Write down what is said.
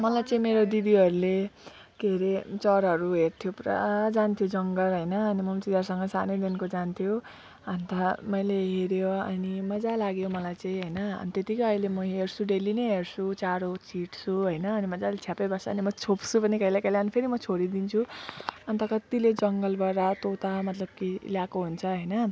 मलाई चाहिँ मेरो दिदीहरूले के अरे चराहरू हेर्थ्यो पुरा जान्थ्यो जङ्गल हैन अनि म पनि तिनीहरूसँग सानैदेखिन्को जान्थ्यो अनि त मैले हेऱ्यो अनि मजा लाग्यो मलाई चाहिँ हैन अनि त्यतिकै अहिले म हेर्छु डेली नै हेर्छु चारो छिट्छु हैन अनि मजाले छ्याप्पै बस्छ अनि म छोप्छु पनि कहिलेकाहीँ अनि फेरि म छोडिदिन्छु अनि त कतिले जङ्गलबाट तोता मतलब कि ल्याएको हुन्छ